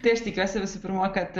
tai aš tikiuosi visų pirma kad